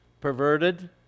perverted